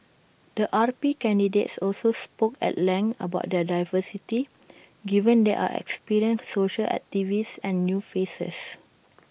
the R P candidates also spoke at length about their diversity given there are experienced social activists and new faces